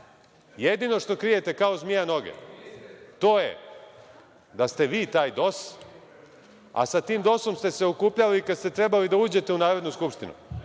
Jedino što krijete kao zmija noge, to je da ste vi taj DOS, a sa tim DOS-om ste okupljali i kad ste trebali da uđete u Narodnu skupštinu,